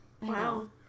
Wow